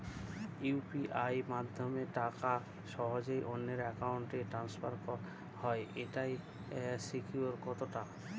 UPI মাধ্যমে টাকা সহজেই অন্যের অ্যাকাউন্ট ই ট্রান্সফার হয় এইটার সিকিউর কত টা?